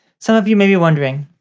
some of you may be wondering,